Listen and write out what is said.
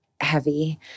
heavy